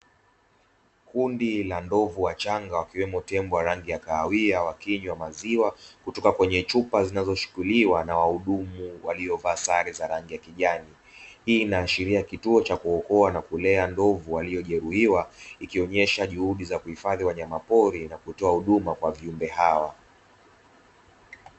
Kundi la ndovu wachanga wakiwemo tempo wa rangi ya kahawia wakinywa maziwa kutoka kwenye chupa zinazochukuliwa na wahudumu waliovaa sare za rangi ya kijani. Hii inaashiria kituo cha kuokoa na kulea ndovu waliojeruhiwa, ikionyesha juhudi za kuhifadhi wanyama pori na kutoa huduma kwa viumbe hawa.